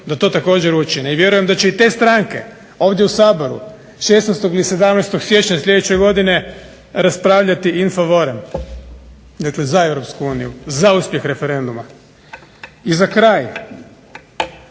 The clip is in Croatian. da to također učine, i vjerujem da će i te stranke ovdje u Saboru 16. ili 17. siječnja sljedeće godine raspravljati in favorem, dakle za Europsku uniju, za uspjeh referenduma. I za kraj,